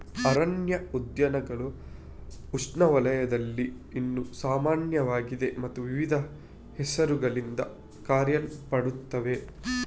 ಅರಣ್ಯ ಉದ್ಯಾನಗಳು ಉಷ್ಣವಲಯದಲ್ಲಿ ಇನ್ನೂ ಸಾಮಾನ್ಯವಾಗಿದೆ ಮತ್ತು ವಿವಿಧ ಹೆಸರುಗಳಿಂದ ಕರೆಯಲ್ಪಡುತ್ತವೆ